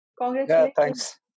congratulations